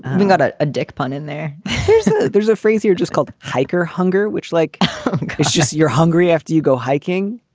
and got ah a dick pun in there there's there's a phrase here just called hiker hungar, which like it's just you're hungry after you go hiking.